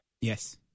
Yes